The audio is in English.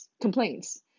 complaints